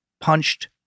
punched